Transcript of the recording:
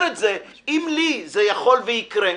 אם לי זה יכול לקרות,